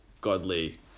godly